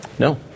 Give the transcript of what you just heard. No